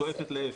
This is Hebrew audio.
שואפת לאפס.